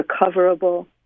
Recoverable